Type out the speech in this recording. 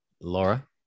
Laura